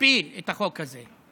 להפיל את החוק הזה.